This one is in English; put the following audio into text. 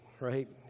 right